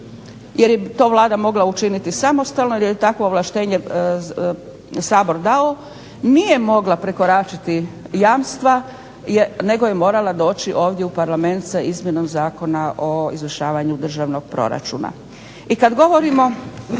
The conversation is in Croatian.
jer je to Vlada mogla učiniti samostalno jer joj je takvo ovlaštenje Sabor dao nije mogla prekoračiti jamstva nego je morala doći ovdje u Parlament sa izmjenom Zakona o izvršavanju državnog proračuna. I kad govorimo